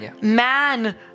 Man